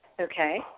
Okay